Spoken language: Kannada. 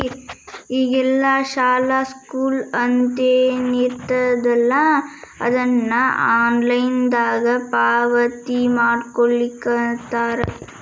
ಈಗೆಲ್ಲಾ ಶಾಲಾ ಶುಲ್ಕ ಅಂತೇನಿರ್ತದಲಾ ಅದನ್ನ ಆನ್ಲೈನ್ ದಾಗ ಪಾವತಿಮಾಡ್ಕೊಳ್ಳಿಖತ್ತಾರ